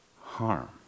harm